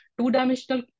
two-dimensional